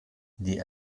die